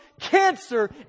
cancer